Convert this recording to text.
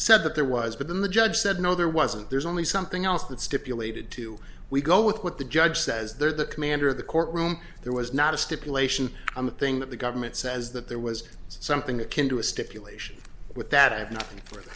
said that there was but then the judge said no there wasn't there's only something else that stipulated to we go with what the judge says there the commander of the courtroom there was not a stipulation thing that the government says that there was something akin to a stipulation with that have nothing